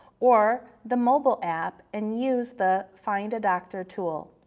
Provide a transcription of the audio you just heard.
or the mobile app and use the find a doctor tool.